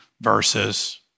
verses